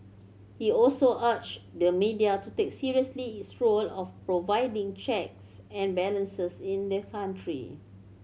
he also urged the media to take seriously its role of providing checks and balances in the country